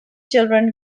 children